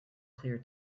clear